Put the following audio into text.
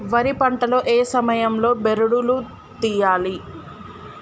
వరి పంట లో ఏ సమయం లో బెరడు లు తియ్యాలి?